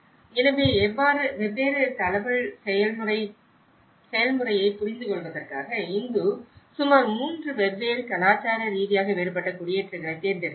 எனவே வெவ்வேறு தழுவல் செயல்முறையைப் புரிந்து கொள்வதற்காக இந்தூ சுமார் 3 வெவ்வேறு கலாச்சார ரீதியாக வேறுபட்ட குடியேற்றங்களைத் தேர்ந்தெடுத்துள்ளார்